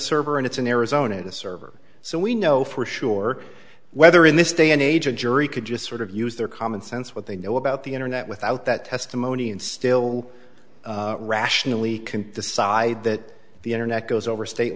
server and it's in arizona server so we know for sure whether in this day and age a jury can just sort of use their common sense what they know about the internet without that testimony and still rationally can decide that the internet goes over state